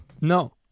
No